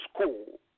school